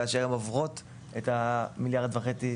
כאשר הן עוברות את ה-1.5 מיליארד שקלים,